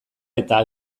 eta